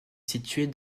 située